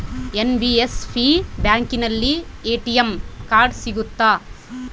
NBFC ಬ್ಯಾಂಕಿನಲ್ಲಿ ATM card ಸಿಗುತ್ತಾ?